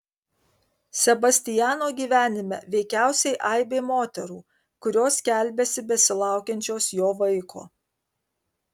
sebastiano gyvenime veikiausiai aibė moterų kurios skelbiasi besilaukiančios jo vaiko